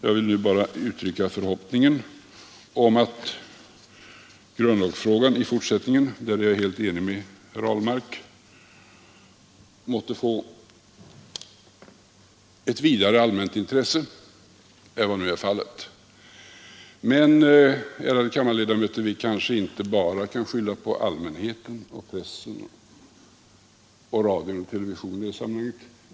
Jag vill nu bara uttrycka förhoppningen att grundlagsfrågan i fortsättningen på den punkten är jag helt ense med herr Ahlmark — måtte röna ett vidare allmänt intresse än vad som nu är fallet. Men ärade kammarledamöter vi kanske inte bara kan skylla på allmänheten, pressen, radion och televisionen i detta sammanhang.